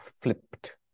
flipped